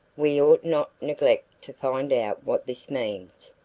we ought not neglect to find out what this means.